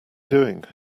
doing